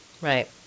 right